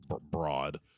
broad